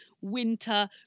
winter